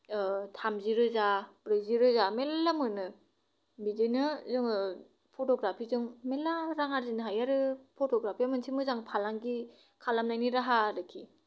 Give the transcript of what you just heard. थामजि रोजा ब्रैजि रोजा मेल्ला मेल्ला मोनो बिदिनो जोङो फट'ग्राफिजों मेल्ला रां आर्जिनो हायो आरो फट'ग्राफिया मोनसे फालांगि खालामनायनि राहा आर्खि